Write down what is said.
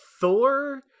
Thor